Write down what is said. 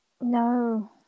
No